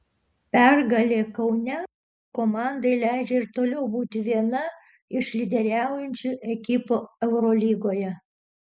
pergalė kaune komandai leidžia ir toliau būti viena iš lyderiaujančių ekipų eurolygoje